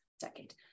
decade